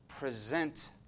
present